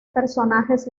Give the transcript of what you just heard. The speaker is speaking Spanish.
personajes